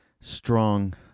strong